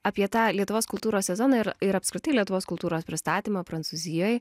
apie tą lietuvos kultūros sezoną ir ir apskritai lietuvos kultūros pristatymą prancūzijoj